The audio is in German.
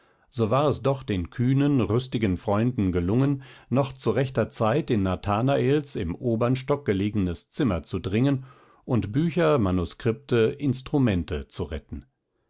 so war es doch den kühnen rüstigen freunden gelungen noch zu rechter zeit in nathanaels im obern stock gelegenes zimmer zu dringen und bücher manuskripte instrumente zu retten